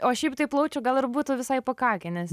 o šiaip tai plaučių gal ir būtų visai pakakę nes